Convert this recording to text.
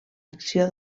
acció